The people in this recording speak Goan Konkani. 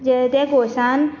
जे ते कोर्सान